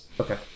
Okay